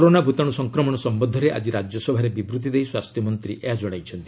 corona ଭୂତାଣୁ ସଂକ୍ରମଣ ସମ୍ଭନ୍ଧରେ ଆଜି ରାଜ୍ୟସଭାରେ ବିବୃତ୍ତି ଦେଇ ସ୍ୱାସ୍ଥ୍ୟମନ୍ତ୍ରୀ ଏହା ଜଣାଇଛନ୍ତି